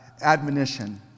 admonition